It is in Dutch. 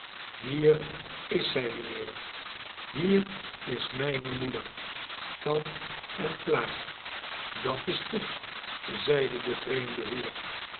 hier is zij mijnheer hier is mijne moeder kant en klaar dat is goed zeide de vreemde heer